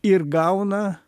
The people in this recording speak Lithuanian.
ir gauna